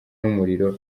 n’umuriro